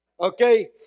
Okay